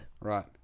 Right